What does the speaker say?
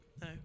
No